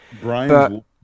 Brian